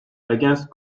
against